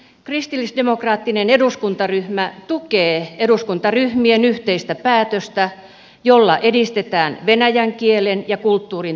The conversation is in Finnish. kristillisdemokraattinen eduskuntaryhmä tukee eduskuntaryhmien yhteistä päätöstä jolla edistetään venäjän kielen ja kulttuurin tuntemusta